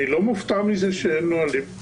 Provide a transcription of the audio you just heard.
אני לא מופתע מזה שאין נהלים.